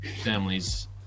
families